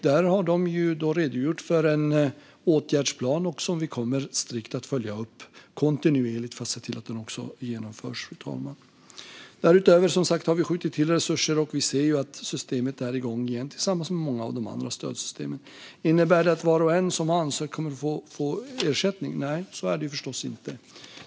De har redogjort för en åtgärdsplan som vi strikt och kontinuerligt kommer att följa upp för att se till att den genomförs, fru talman. Därutöver har vi som sagt skjutit till resurser, och vi ser att systemet är igång igen, tillsammans med många av de andra stödsystemen. Innebär detta att var och en som har ansökt kommer att få ersättning? Nej, det gör det förstås inte.